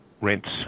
rents